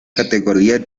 categoría